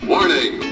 Warning